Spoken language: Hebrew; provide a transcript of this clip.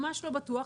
ממש לא בטוח,